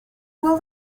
will